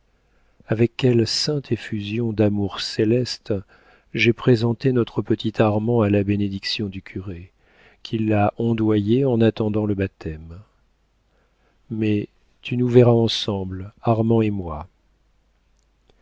avec quelle sainte effusion d'amour céleste j'ai présenté notre petit armand à la bénédiction du curé qui l'a ondoyé en attendant le baptême mais tu nous verras ensemble armand et moi